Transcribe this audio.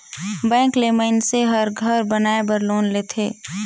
bank ले मइनसे हर घर बनाए बर लोन लेथे